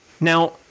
Now